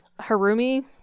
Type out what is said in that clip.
Harumi